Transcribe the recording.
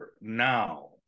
now